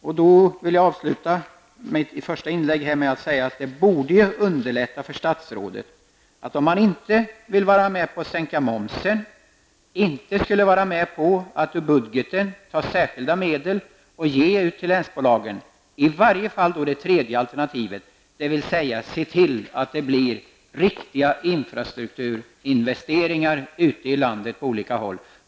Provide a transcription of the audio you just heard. Jag vill avsluta mitt första inlägg med att säga att det borde underlätta för statsrådet, när han inte vill vara med att sänka momsen och inte vill ta särskilda medel ur budgeten och ge till länsbolagen, han i varje fall skulle välja det tredje alternativet, dvs. se till att det blir riktiga infrastrukturinvesteringar på olika håll i landet.